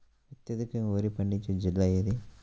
అత్యధికంగా వరి పండించే జిల్లా ఏది?